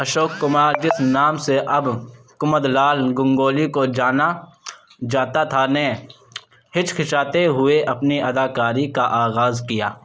اشوک کمار جس نام سے اب کمد لال گنگولی کو جانا جاتا تھا نے ہچکچاتے ہوئے اپنی اداکاری کا آغاز کیا